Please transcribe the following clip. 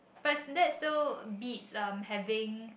but that's still beats um having